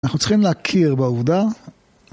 אנחנו צריכים להכיר בעובדה.